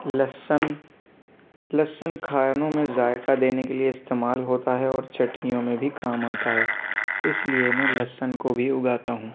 لہس لہسن کھانوں میں ذائقہ دینے کے لیے استعمال ہوتا ہے اور چٹنیوں میں بھی کام آتا ہے اس لیے میں لہسن کو بھی اُگاتا ہوں